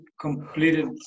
completed